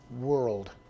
world